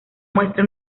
muestra